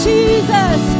Jesus